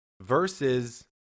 versus